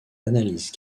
analyses